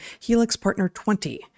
HelixPartner20